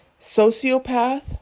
sociopath